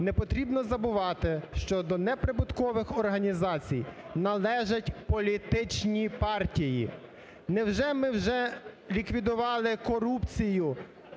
непотрібно забувати, що до неприбуткових організацій належать політичні партії. Невже ми вже ліквідували корупцію?